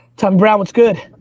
tommy brown, what's good?